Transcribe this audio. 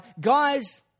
guys